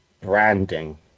branding